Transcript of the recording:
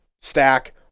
stack